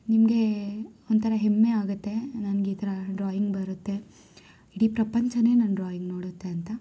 ನಿಮಗೆ ಒಂಥರ ಹೆಮ್ಮೆ ಆಗುತ್ತೆ ನನ್ಗೆ ಈ ಥರ ಡ್ರಾಯಿಂಗ್ ಬರುತ್ತೆ ಇಡೀ ಪ್ರಪಂಚವೇ ನನ್ನ ಡ್ರಾಯಿಂಗ್ ನೋಡುತ್ತೆ ಅಂತ